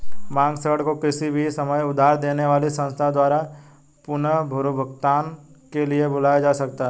मांग ऋण को किसी भी समय उधार देने वाली संस्था द्वारा पुनर्भुगतान के लिए बुलाया जा सकता है